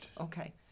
Okay